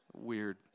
Weird